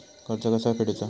कर्ज कसा फेडुचा?